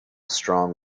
strong